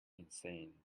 insane